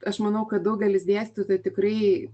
aš manau kad daugelis dėstytojų tai tikrai